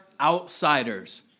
outsiders